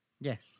Yes